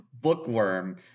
bookworm